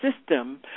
system